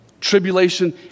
tribulation